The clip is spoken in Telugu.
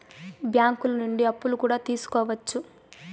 బ్యాంకులు నుండి అప్పులు కూడా తీసుకోవచ్చు